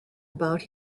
about